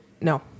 No